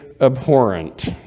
abhorrent